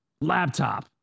laptop